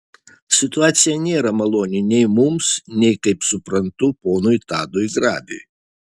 situacija nėra maloni nei mums nei kaip suprantu ponui tadui grabiui